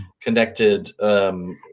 connected